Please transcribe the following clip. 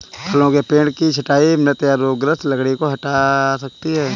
फलों के पेड़ की छंटाई मृत या रोगग्रस्त लकड़ी को हटा सकती है